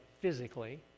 physically